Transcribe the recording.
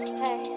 hey